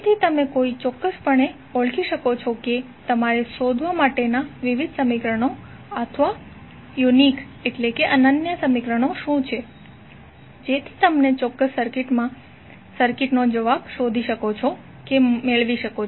જેથી તમે ચોક્કસપણે ઓળખી શકો કે તમારે શોધવા માટેના વિવિધ સમીકરણો અથવા અનન્ય સમીકરણો શું છે જેથી તમને ચોક્કસ સર્કિટનો જવાબ શોધી શકો કે મળી શકે